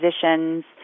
positions